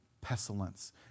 pestilence